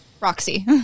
roxy